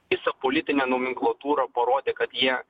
visa politinė nomenklatūra parodė kad jie